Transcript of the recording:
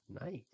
Nice